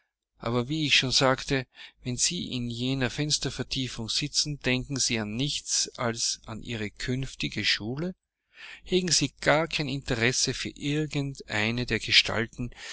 aber wie ich schon sagte wenn sie in jener fenstervertiefung sitzen denken sie an nichts als an ihre künftige schule hegen sie gar kein interesse für irgend eine der gestalten